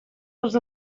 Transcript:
dels